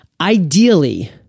ideally